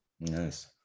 Nice